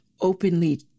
openly